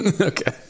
okay